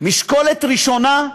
משקולת ראשונה,